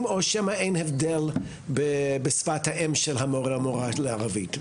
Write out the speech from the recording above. או שמא אין הבדל אם שפת האם של המורה או המורָה היא ערבית?